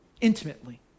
intimately